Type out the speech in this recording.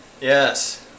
Yes